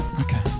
Okay